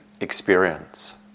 experience